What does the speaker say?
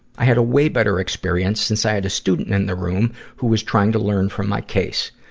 i had a way better experience, since i had a student in the room who was trying to learn from my case.